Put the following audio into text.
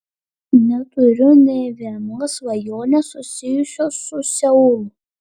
neturiu nė vienos svajonės susijusios su seulu